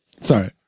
Sorry